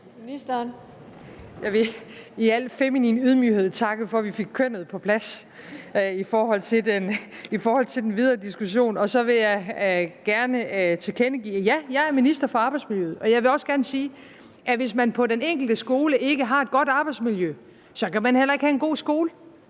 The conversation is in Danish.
Jeg vil i al feminin ydmyghed takke for, at vi fik kønnet på plads med hensyn til den videre diskussion, og så vil jeg gerne tilkendegive, at ja, jeg er minister for arbejdsmiljøet. Jeg vil også gerne sige, at hvis man på den enkelte skole ikke har et godt arbejdsmiljø, så kan man heller ikke have en god skole.